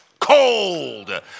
cold